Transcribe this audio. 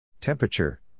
Temperature